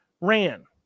ran